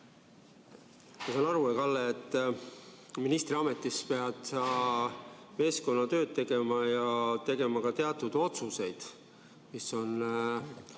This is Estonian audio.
Ma saan aru, Kalle, et ministriametis pead sa meeskonnatööd tegema ja tegema ka teatud otsuseid, mis on